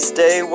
Stay